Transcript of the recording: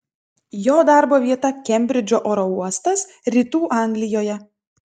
jo darbo vieta kembridžo oro uostas rytų anglijoje